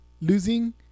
losing